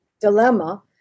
dilemma